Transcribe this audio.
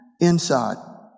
inside